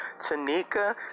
Tanika